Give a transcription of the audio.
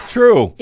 True